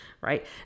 Right